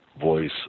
voice